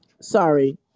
sorry